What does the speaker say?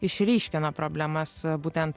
išryškina problemas būtent